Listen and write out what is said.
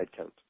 headcount